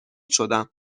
شدم